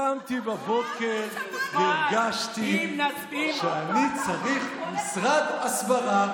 קמתי בבוקר והרגשתי שאני צריך משרד הסברה.